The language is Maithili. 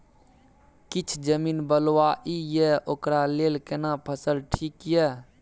किछ जमीन बलुआही ये ओकरा लेल केना फसल ठीक ये?